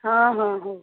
ହଁ ହଁ ହଉ